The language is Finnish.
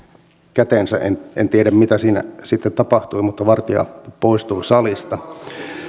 käteensä en en tiedä mitä siinä sitten tapahtui mutta vartia poistui salista